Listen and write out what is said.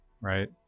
right